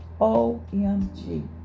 OMG